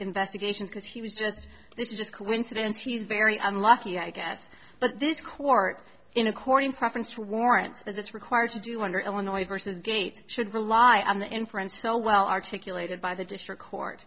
investigations because he was just this is just coincidence he's very i'm lucky i guess but this court in according preference for warrants as it's required to do under illinois versus gate should rely on the inference so well articulated by the district court